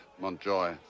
Montjoy